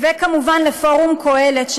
וכמובן לפורום קהלת,